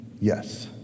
yes